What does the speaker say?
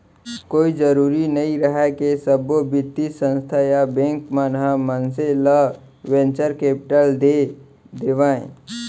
कोई जरुरी नइ रहय के सब्बो बित्तीय संस्था या बेंक मन ह मनसे ल वेंचर कैपिलट दे देवय